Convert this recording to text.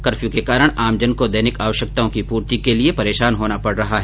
curfew के कारण आमजन को दैनिक आवश्यकताओं की पूर्ति के लिए परेशान होना पड़ रहा है